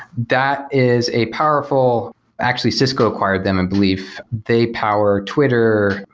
that is a powerful actually, cisco acquired them and believe they power twitter,